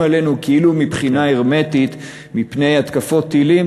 עלינו כאילו מבחינה הרמטית מפני התקפות טילים,